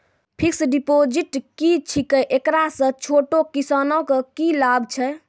Fixed deposit की छिकै, एकरा से छोटो किसानों के की लाभ छै?